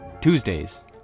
Tuesdays